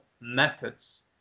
methods